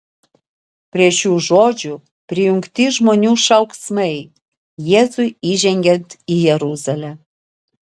prie šių žodžių prijungti žmonių šauksmai jėzui įžengiant į jeruzalę